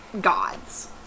gods